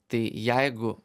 tai jeigu